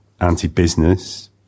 anti-business